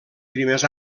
primers